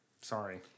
Sorry